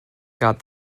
got